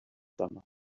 summer